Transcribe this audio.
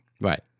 Right